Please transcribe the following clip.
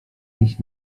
nich